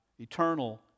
eternal